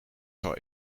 zal